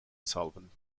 solvent